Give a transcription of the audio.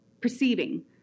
perceiving